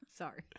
Sorry